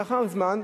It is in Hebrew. לאחר זמן,